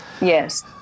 Yes